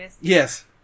Yes